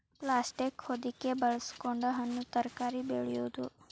plastic ಹೊದಿಕೆ ಬಳಸಕೊಂಡ ಹಣ್ಣು ತರಕಾರಿ ಬೆಳೆಯುದು